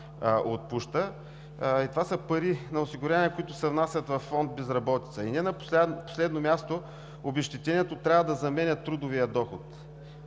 отпуска. Това са пари на осигуряваните, които се внасят във Фонд „Безработица“. Не на последно място, обезщетението трябва да заменя трудовия доход.